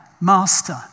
master